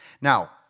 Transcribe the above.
Now